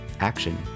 action